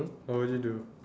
what would you do